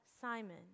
Simon